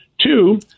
Two